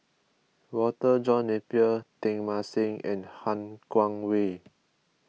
Walter John Napier Teng Mah Seng and Han Guangwei